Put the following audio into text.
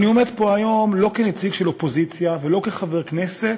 ואני עומד פה היום לא כנציג של אופוזיציה ולא כחבר הכנסת.